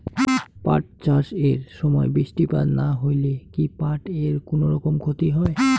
পাট চাষ এর সময় বৃষ্টিপাত না হইলে কি পাট এর কুনোরকম ক্ষতি হয়?